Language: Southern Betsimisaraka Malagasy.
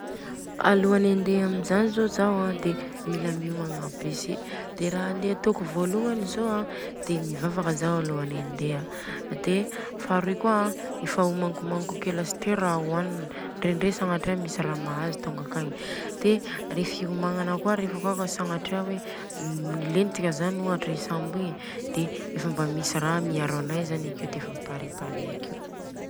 Alohany handeha amizany zô zao an de mila miomagna be, de ra handeha atôko vôlohany zô an de mivavaka Zao alohany andeha. De faharoy kôa an defa omankomagniko akeo lesteo i rah hoanina. Ndrendre sagnatria misy ra mahazo tonga akegny, de le fiomagnana kôa sagnatria hoe milentika zany i sambo igny de efa misy ra miaro anay zany efa parepare akeo.